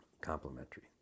complementary